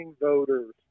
voters